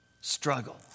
struggle